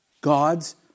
God's